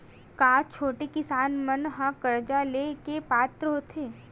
का छोटे किसान मन हा कर्जा ले के पात्र होथे?